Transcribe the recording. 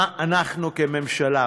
מה אנחנו כממשלה,